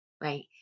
right